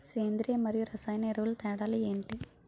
సేంద్రీయ మరియు రసాయన ఎరువుల తేడా లు ఏంటి?